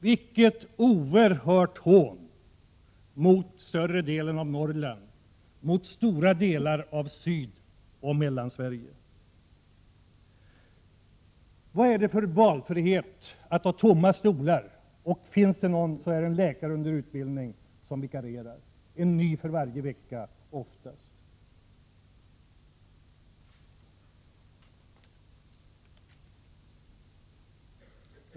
Vilket oerhört hån mot större delen av Norrland, mot stora delar av Sydoch Mellansverige! Vad är det för valfrihet att ha tomma stolar? Finns det någon läkare alls är det en som är under utbildning och som vikarierar, oftast en ny varje vecka.